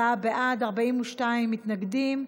24 בעד, 42 מתנגדים,